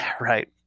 Right